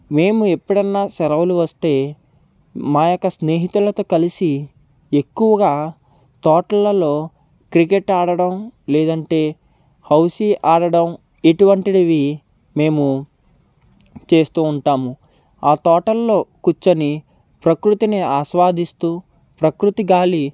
మేము ఎప్పుడన్నా సెలవులు వస్తే మా యొక్క స్నేహితులతో కలిసి ఎక్కువగా తోటలలో క్రికెట్ ఆడడం లేదంటే హౌసీ ఆడడం ఇటువంటివి మేము చేస్తు ఉంటాము ఆ తోటలలో కూర్చొని ప్రకృతిని ఆస్వాదిస్తు ప్రకృతి గాలి